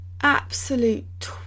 absolute